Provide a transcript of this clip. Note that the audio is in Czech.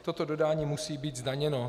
Toto dodání musí být zdaněno.